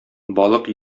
балык